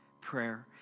prayer